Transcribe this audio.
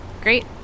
Great